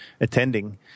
attending